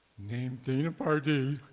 named dana pardee